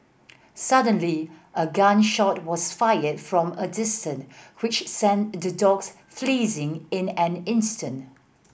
suddenly a gun shot was fired from a distance which sent the dogs fleeing in an instant